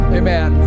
amen